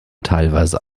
teilweise